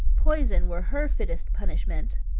poison were her fittest punishment.